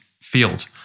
field